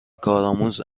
کارآموز